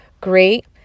great